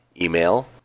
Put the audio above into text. Email